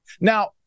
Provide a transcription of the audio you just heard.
now